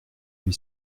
lui